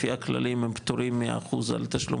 לפי הכללים הם פטורים מהאחוז על תשלום